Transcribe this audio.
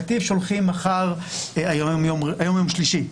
נתיב שולחים מחר -- היום יום שלישי,